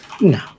No